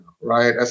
right